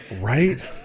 Right